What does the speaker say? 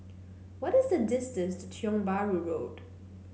what is the distance to Tiong Bahru Road